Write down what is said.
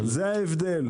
זה ההבדל,